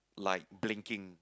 like blinking